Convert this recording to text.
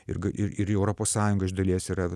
ir ir ir europos sąjunga iš dalies yra